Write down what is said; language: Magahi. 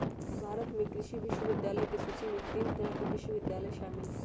भारत में कृषि विश्वविद्यालय के सूची में तीन तरह के विश्वविद्यालय शामिल हई